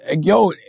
yo